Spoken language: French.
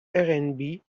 rnb